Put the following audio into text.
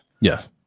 Yes